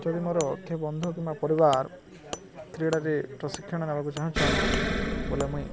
ଯଦି ମୋର ବନ୍ଧୁ କିମ୍ବା ପରିବାର କ୍ରୀଡ଼ାରେ ପ୍ରଶିକ୍ଷଣ ନବାକୁ ଚାହୁଁଚନ୍ ବୋଲେ ମୁଇଁ